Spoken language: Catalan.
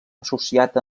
associat